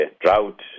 drought